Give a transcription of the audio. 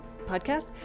podcast